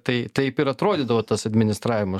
tai taip ir atrodydavo tas administravimas